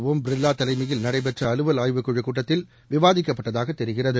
ஒம் பிர்வா தலைமையில் நடைபெற்ற அலுவல் ஆய்வுக்குழு கூட்டத்தில் விவாதிக்கப்பட்டதாக தெரிகிறது